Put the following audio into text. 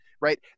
right